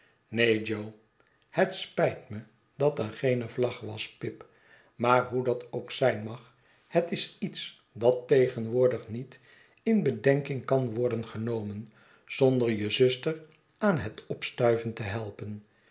jo het spijt me dat er geene vlag was pip maar hoe dat ook zijn mag het is iets dat tegenwoordig niet in bedenking kan worden genomen zonder je zuster aan het opstuiven te helpen